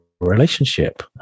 relationship